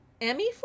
Emmy